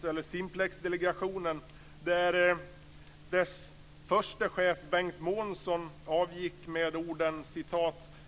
ta Simplexdelegationen som exempel.